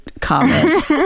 comment